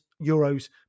euros